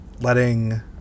letting